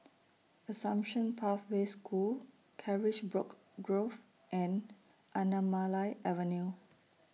Assumption Pathway School Carisbrooke Grove and Anamalai Avenue